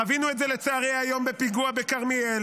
חווינו את זה לצערי היום בפיגוע בכרמיאל.